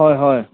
হয় হয়